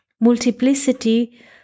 multiplicity